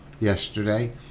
Yesterday